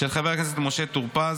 של חבר הכנסת משה טור פז,